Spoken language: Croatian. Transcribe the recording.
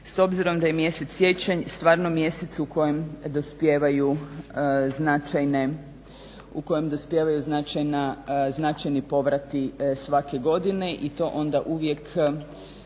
s obzirom da je mjesec siječanj stvarno mjesec u kojem dospijevaju značajni povrati svake godine i to onda uvijek